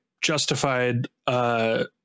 justified